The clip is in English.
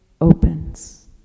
opens